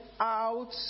out